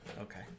Okay